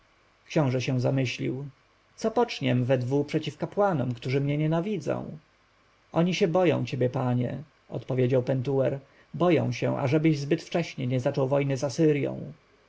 zamyślił się co poczniem we dwu przeciw kapłanom którzy mnie nienawidzą oni boją się ciebie panie odpowiedział pentuer boją się ażebyś zbyt wcześnie nie zaczął wojny z